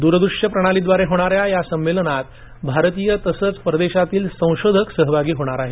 दुरदृष्य प्रणाली द्वारे होणाऱ्या या संमेलनात भारतीय तसच परदेशातील संशोधक सहभागी होणार आहे